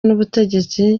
n’ubutegetsi